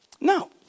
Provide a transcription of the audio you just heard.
No